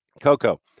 Coco